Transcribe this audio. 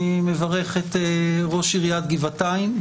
אני מברך את ראש עיריית גבעתיים,